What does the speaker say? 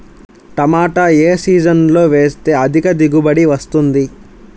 టమాటా ఏ సీజన్లో వేస్తే అధిక దిగుబడి వస్తుంది?